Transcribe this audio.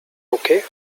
okay